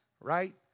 right